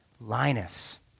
Linus